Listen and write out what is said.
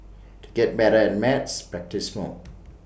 to get better at maths practise more